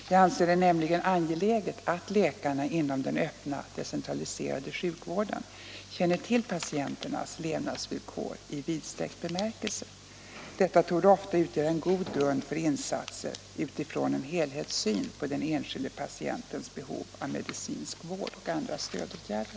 Jag anser det nämligen angeläget att läkarna inom den öppna decentraliserade sjukvården känner till patienternas levnadsvillkor i vidsträckt bemärkelse. Detta torde ofta utgöra en god grund för insatser utifrån en helhetssyn på den enskilda patientens behov av medicinsk vård och andra stödåtgärder.